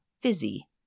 fizzy